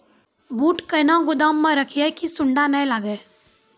बूट कहना गोदाम मे रखिए की सुंडा नए लागे?